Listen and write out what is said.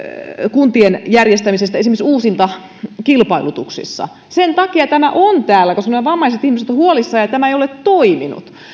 kuntien järjestämisestä esimerkiksi uusintakilpailutuksissa sen takia tämä on täällä että nämä vammaiset ihmiset ovat huolissaan ja tämä ei ole toiminut